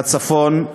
מהצפון